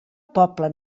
poble